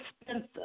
expensive